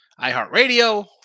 iHeartRadio